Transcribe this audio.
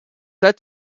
set